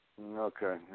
Okay